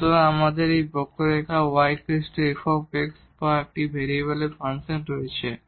সুতরাং আমাদের এই বক্ররেখা y f বা একটি ভেরিয়েবলের ফাংশন আছে এবং